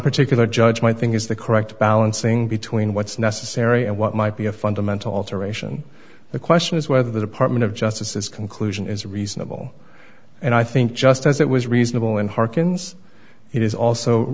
particular judge might think is the correct balancing between what's necessary and what might be a fundamental alteration the question is whether the department of justice this conclusion is reasonable and i think just as it was reasonable and hearkens it is also